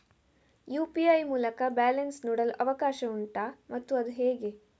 UPI ಮೂಲಕ balance ನೋಡಲು ಅವಕಾಶ ಉಂಟಾ ಮತ್ತು ಅದು ಹೇಗೆ?